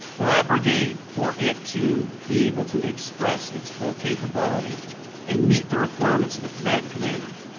well, that brigade, for it to be able to express its full capability and meet the requirements of the combatant commanders,